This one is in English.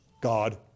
God